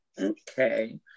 okay